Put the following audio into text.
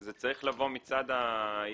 זה צריך לבוא מצד העיריות.